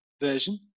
version